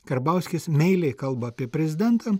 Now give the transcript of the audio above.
karbauskis meiliai kalba apie prezidentą